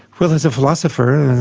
well, as a philosopher.